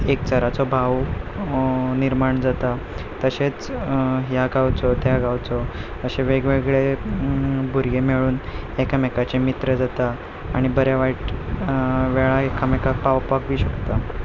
एकचाराचो भाव निर्माण जाता तशेंच ह्या गांवचो त्या गांवचो अशे वेग वेगळे भुरगे मेळून एकामेकाचे मित्र जाता आनी बऱ्या वायट वेळा एकामेका पावपाक बी शकता